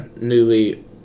newly